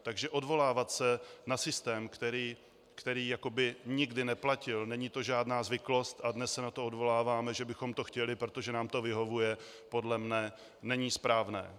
Takže odvolávat se na systém, který jako by nikdy neplatil, není to žádná zvyklost, a dnes se na to odvoláváme, že bychom to chtěli, protože nám to vyhovuje, není podle mne správné.